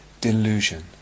Delusion